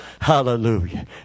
hallelujah